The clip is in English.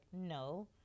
no